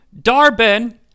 Darben